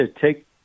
take –